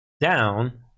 down